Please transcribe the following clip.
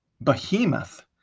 behemoth